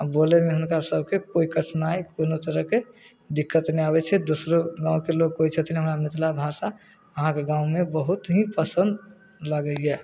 आ बोलैमे हिनका सबके कोइ कठनाइ कोनो तरहके दिक्कत नहि आबै छै दोसरो गाँवके लोग कहै छथिन हमरा मिथला भाषा अहाँके गाँव मे बहुत ही पसंद लागैया